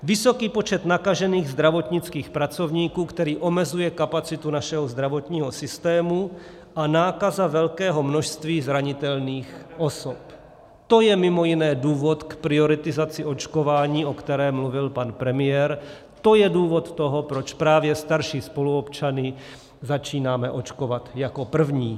Vysoký počet nakažených zdravotnických pracovníků, který omezuje kapacitu našeho zdravotního systému, a nákaza velkého množství zranitelných osob, to je mimo jiné důvod k prioritizaci očkování, o které mluvil pan premiér, to je důvod toho, proč právě starší spoluobčany začínáme očkovat jako první.